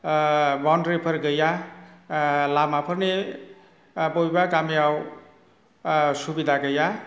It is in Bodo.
बाउन्द्रिफोर गैया लामाफोरनि बबेबा गामियाव सुबिदा गैया